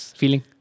feeling